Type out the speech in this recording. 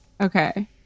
Okay